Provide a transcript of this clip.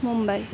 Mumbai